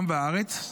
העם והארץ.